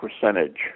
percentage